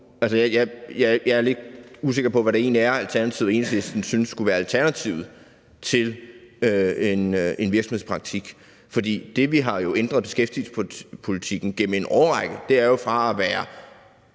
Jeg er lidt usikker på, hvad Alternativet og Enhedslisten egentlig synes skulle være alternativet til en virksomhedspraktik, for det, vi jo har ændret i beskæftigelsespolitikken over en årrække, er, at den